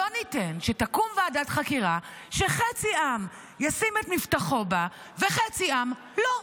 לא ניתן שתקום ועדת חקירה שחצי עם ישים את מבטחו בה וחצי עם לא.